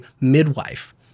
midwife